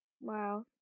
Wow